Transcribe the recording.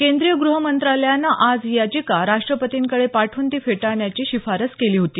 केंद्रीय गृहमंत्रालयानं आज ही याचिका राष्टपतींकडे पाठवून ती फेटाळण्याची शिफारस केली होती